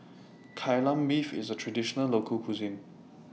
Kai Lan Beef IS A Traditional Local Cuisine